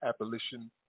abolition